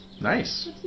Nice